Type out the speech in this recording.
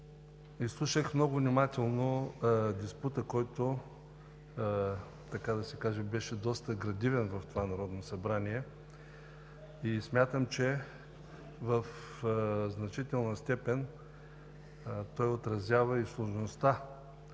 Изслушах много внимателно диспута, който беше доста градивен в това Народно събрание, и смятам, че в значителна степен отразява и сложността